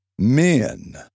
Men